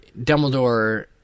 Dumbledore